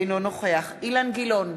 אינו נוכח אילן גילאון,